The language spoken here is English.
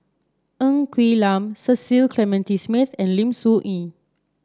Ng Quee Lam Cecil Clementi Smith and Lim Soo Ngee